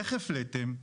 איך הפליתם?